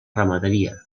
ramaderia